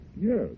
Yes